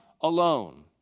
alone